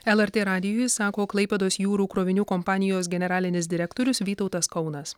lrt radijui sako klaipėdos jūrų krovinių kompanijos generalinis direktorius vytautas kaunas